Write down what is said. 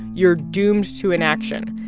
you're doomed to inaction.